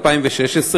2016,